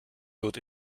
wird